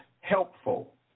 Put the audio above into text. helpful